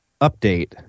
update